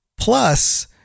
Plus